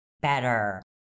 better